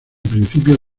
principios